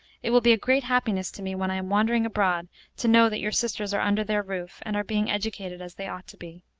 it will be a great happiness to me when i am wandering abroad to know that your sisters are under their roof, and are being educated as they ought to be.